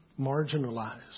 marginalized